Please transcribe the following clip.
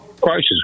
crisis